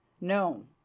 No